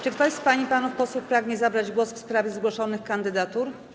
Czy ktoś z pań i panów posłów pragnie zabrać głos w sprawie zgłoszonych kandydatur?